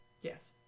yes